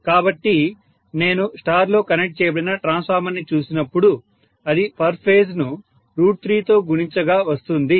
కాబట్టి నేను స్టార్ లో కనెక్ట్ చేయబడిన ట్రాన్స్ఫార్మర్ ని చూసినప్పుడు అది పర్ ఫేజ్ ను 3 తో గుణించగా వస్తుంది